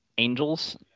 angels